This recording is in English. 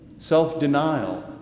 Self-denial